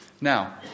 Now